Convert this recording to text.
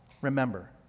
remember